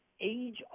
age